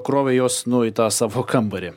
krovė juos nu į tą savo kambarį